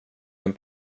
den